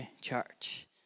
church